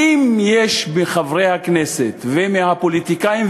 האם יש מחברי הכנסת ומהפוליטיקאים,